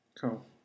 Cool